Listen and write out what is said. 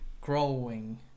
growing